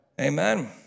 Amen